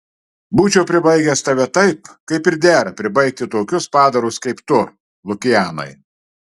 būčiau pribaigęs tave taip kaip ir dera pribaigti tokius padarus kaip tu lukianai